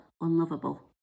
unlovable